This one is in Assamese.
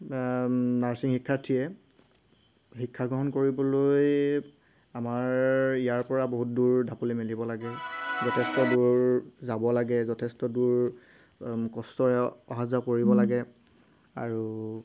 নাৰ্ছিং শিক্ষাৰ্থীয়ে শিক্ষা গ্ৰহণ কৰিবলৈ আমাৰ ইয়াৰপৰা বহুত দূৰ ঢাপলি মেলিব লাগে যথেষ্ট দূৰ যাব লাগে যথেষ্ট দূৰ কষ্টৰে অহা যোৱা কৰিব লাগে আৰু